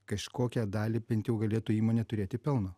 kažkokią dalį bent jau galėtų įmonė turėti pelno